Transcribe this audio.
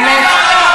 באמת.